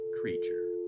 creature